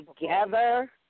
together